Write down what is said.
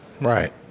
right